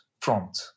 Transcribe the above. front